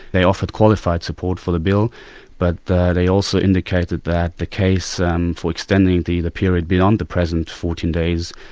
they offered qualified support for the bill but they also indicated that the case and for extending the the period beyond the present fourteen days,